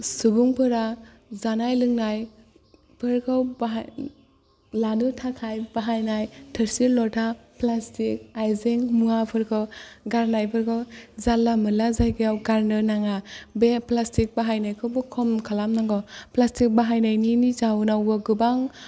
सुबुंफोरा जानाय लोंनायफोरखौ बाहाय लानो थाखाय बाहायनाय थोरसि लथा प्लास्टिक आइजें मुवाफोरखौ गारनायफोरखौ जानला मोनला जायगायाव गारनो नाङा बे प्लास्टिक बाहायनायखौबो खम खालामनांगौ प्लास्टिक बाहायनायनि जाउनावबो गोबां